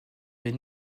des